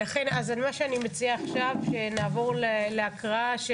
מה שאני מציעה עכשיו, שנעבור להקראה.